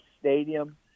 stadium